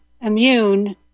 immune